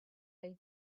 they